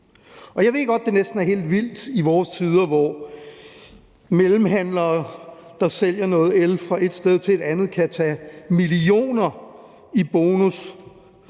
Og jeg ved godt, at det næsten er helt vildt i disse tider, hvor mellemhandlere, der sælger noget el fra et sted til et andet, kan få millioner i bonus